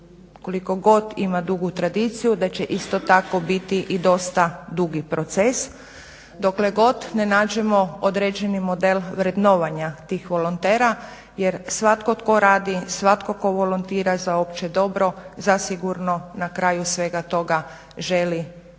koliko god ima dugu tradiciju da će isto tako biti i dosta dugi proces, dokle god ne nađemo određeni model vrednovanja tih volontera jer svatko tko radi svatko tko volontira za opće dobro zasigurno na kraju svega toga želi imati